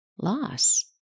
loss